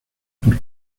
por